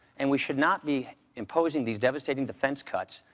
and we should not be imposing these devastating defense cuts,